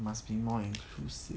must be more inclusive